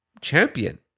champion